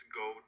go